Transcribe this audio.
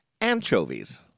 anchovies